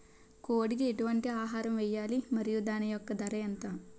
కోడి కి ఎటువంటి ఆహారం వేయాలి? మరియు దాని యెక్క ధర ఎంత?